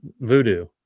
voodoo